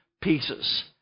pieces